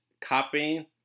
copying